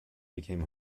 became